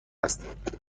است